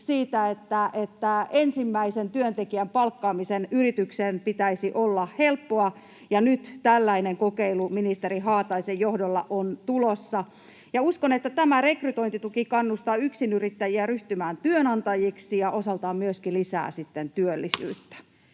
että ensimmäisen työntekijän palkkaamisen yritykseen pitäisi olla helppoa, ja nyt tällainen kokeilu ministeri Haataisen johdolla on tulossa, ja uskon, että tämä rekrytointituki kannustaa yksinyrittäjiä ryhtymään työnantajiksi ja osaltaan myöskin lisää sitten työllisyyttä.